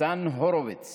ניצן הורוביץ